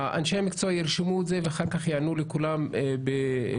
אנשי המקצוע ירשמו אותן ואחר כך יענו לכולם ביחד.